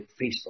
Facebook